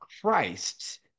Christ